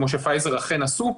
כמו שפייזר אכן עשו,